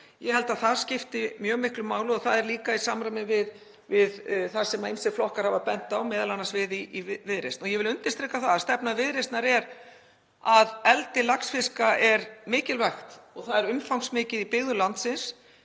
Ég held að það skipti mjög miklu máli og það er líka í samræmi við það sem ýmsir flokkar hafa bent á, m.a. við í Viðreisn. Ég vil undirstrika það að stefna Viðreisnar er að eldi laxfiska er mikilvægt og það er umfangsmikið í byggðum landsins